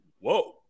whoa